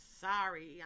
Sorry